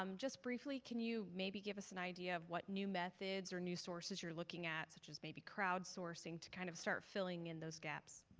um just briefly, can you maybe give us an idea of what new methods or new sources you're looking at, such as maybe crowdsourcing, to kind of start filling in those gaps.